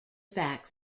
fact